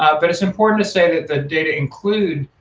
ah but it's important to say that the data include